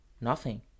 Nothing